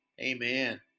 amen